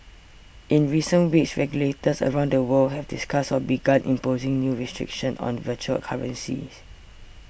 in recent weeks regulators around the world have discussed or begun imposing new restrictions on virtual currencies